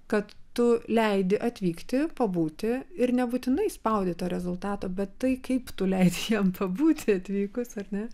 kad tu leidi atvykti pabūti ir nebūtinai spaudi tą rezultatą bet tai kaip tu leidi jam pabūti atvykus ar ne